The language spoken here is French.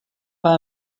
pas